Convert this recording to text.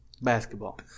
Basketball